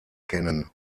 kennen